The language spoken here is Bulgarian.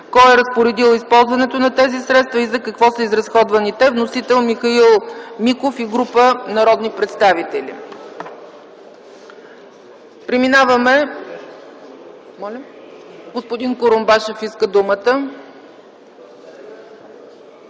кой е разпоредил използването на тези средства и за какво са изразходвани те. Вносител - Михаил Миков и група народни представители. Господин Курумбашев иска думата.